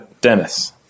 Dennis